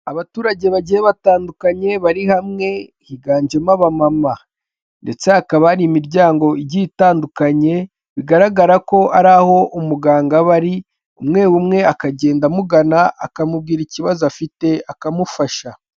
Abaturage bagiye batandukanye, bari hamwe higanjemo aba mama. Ndetse hakaba hari imiryango igi itandukanye bigaragara ko ari aho umuganga bari, umwe umwe akagenda amugana akamubwira ikibazo afite, akamufasha.